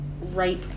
right